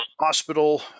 hospital